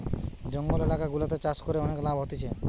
জঙ্গল এলাকা গুলাতে চাষ করে অনেক লাভ হতিছে